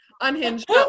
unhinged